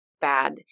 bad